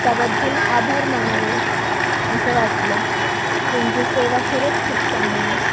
त्याबद्दल आभार मानावे असं वाटलं तुमची सेवा खरंच खूप चांगली आहे